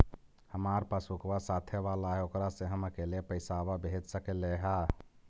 हमार पासबुकवा साथे वाला है ओकरा से हम अकेले पैसावा भेज सकलेहा?